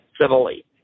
civilly